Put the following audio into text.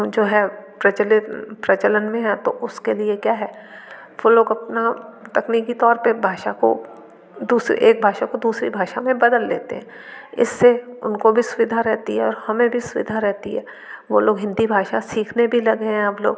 जो है प्रचलित प्रचलन में हैं तो उसके लिए क्या है वो लोग अपना तकनीकी तौर पर भाषा को दूसरे एक भाषा को दूसरी भाषा में बदल लेते हैं इससे उनको भी सुविधा रहती है और हमें भी सुविधा रहती है वो लोग हिन्दी भाषा सीखने भी लगे हैं अब लोग